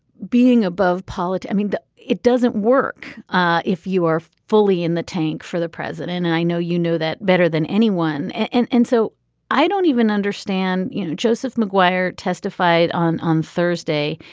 being above pollard. i mean it doesn't work ah if you are fully in the tank for the president and i know you know that better than anyone. and and so i don't even understand you know joseph maguire testified on on thursday.